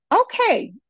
Okay